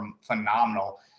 phenomenal